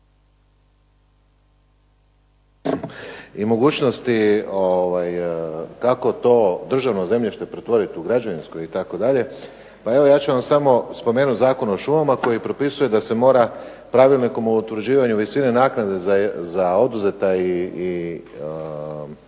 i mogućnosti kako to državno zemljište pretvoriti u građevinsko itd. Pa evo ja ću vam samo spomenuti Zakon o šumama koji propisuje da se mora pravilnikom o utvrđivanju visine naknada za oduzeta i